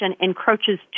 encroaches